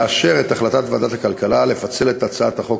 לאשר את החלטת ועדת הכלכלה לפצל את הצעת חוק